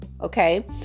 Okay